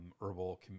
herbal